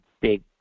big